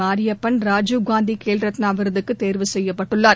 மாரியப்பன் ராஜீவ்காந்தி கேல்ரத்னா விருதுக்கு தேர்வு செய்யப்பட்டுள்ளார்